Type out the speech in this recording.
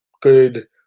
good